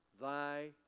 thy